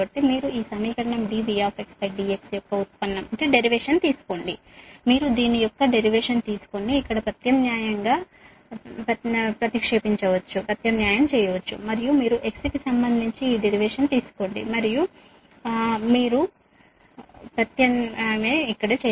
కాబట్టి మీరు ఈ సమీకరణం dVdx యొక్క ఉత్పన్నం తీసుకోండి మీరు దీని యొక్క ఉత్పన్నం తీసుకొని ఇక్కడ ప్రతిక్షేపించవచ్చు మరియు మీరు x కి సంబంధించి ఈ ఉత్పన్నం తీసుకోండి మరియు మీరు ప్రతిక్షేపించేది ఇక్కడే